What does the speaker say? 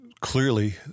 clearly